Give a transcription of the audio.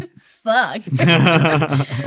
fuck